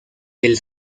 del